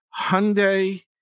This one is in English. Hyundai